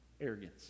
arrogance